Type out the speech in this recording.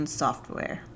software